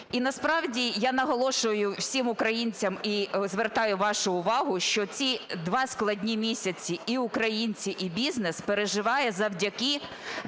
насправді я наголошую всім українцям і звертаю вашу увагу, що ці 2 складні місяці і українці, і бізнес переживають завдяки